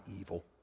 evil